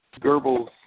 Goebbels